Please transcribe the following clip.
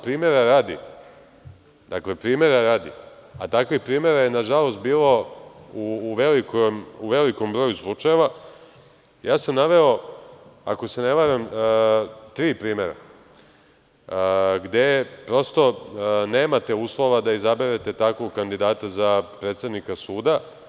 Primera radi, a takvih primera je nažalost bilo u velikom broju slučajeva, ja sam naveo, ako se ne varam, tri primera gde prosto nemate uslova da izaberete takvog kandidata za predsednika suda.